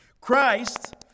Christ